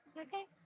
Okay